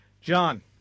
John